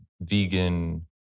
vegan